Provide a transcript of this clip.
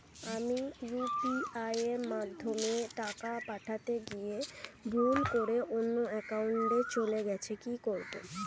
আমি ইউ.পি.আই মাধ্যমে টাকা পাঠাতে গিয়ে ভুল করে অন্য একাউন্টে চলে গেছে কি করব?